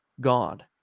God